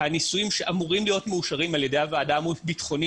הניסויים שאמורים להיות מאושרים על ידי הוועדה הביטחונית